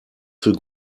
für